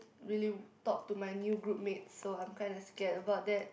really talk to my new group mates so I'm kind of scared about that